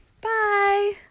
bye